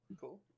Cool